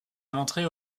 montrer